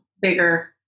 bigger